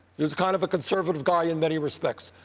he was kind of a conservative guy in many respects.